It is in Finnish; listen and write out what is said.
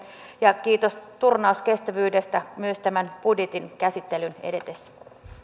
ja kiitos turnauskestävyydestä myös tämän budjetin käsittelyn edetessä